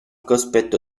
cospetto